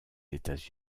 états